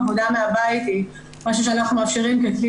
עבודה מהבית היא משהו שאנחנו מאפשרים ככלי